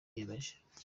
yiyemeje